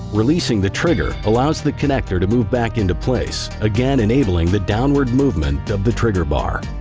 releasing the trigger, allows the connector to move back into place, again enabling the downward movement of the trigger bar.